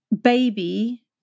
baby